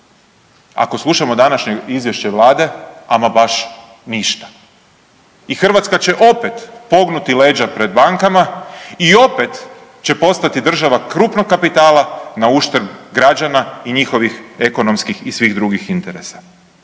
Ako slušamo današnje izvješće Vlade, ama baš ništa. I Hrvatska će opet pognuti leđa pred bankama i opet će postati država krupnog kapitala na uštrb građana i njihovih ekonomskih i svih drugih interesa.